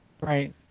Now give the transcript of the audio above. Right